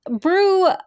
Brew